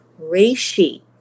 Reishi